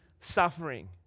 suffering